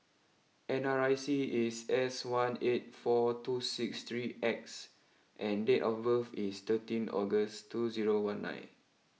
N R I C is S one eight four two six three X and date of birth is thirteen August two zero one nine